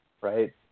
right